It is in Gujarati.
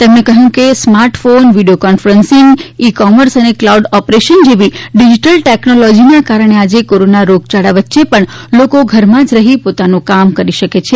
તેમણે ઉમેર્યું કે smart phone video conferencing e commerce અને કલાઉડ ઓપરેશન જેવી ડીજીટલ ટેકનોલોજીના કારણે આજે કોરોના રોગચાળા વચ્ચે પણ લોકો ઘરમાં જ રહીને પોતાનું કામ કરી શકે છે